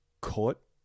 caught